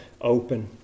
open